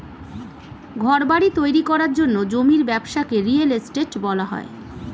ঘরবাড়ি তৈরি করার জন্য জমির ব্যবসাকে রিয়েল এস্টেট বলা হয়